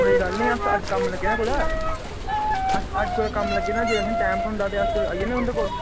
कोई गल्ल नी अस अज्ज कम्म लग्गे दे कुतै अस अज्ज कुतै कम्म लग्गे दे जे स्हान्नूं टैम थ्होंदा ते अस आई जन्ने'आं तुं'दे कोल